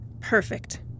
Perfect